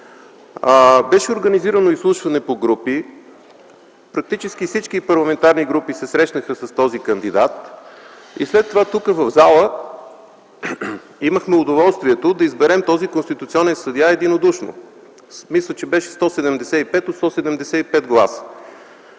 беше организирано изслушване по групи, практически всички парламентарни групи се срещнаха с този кандидат и след това тук в залата имахме удоволствието да изберем този конституционен съдия единодушно, мисля, че беше със 175 от 175 гласа.